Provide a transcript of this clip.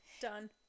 Done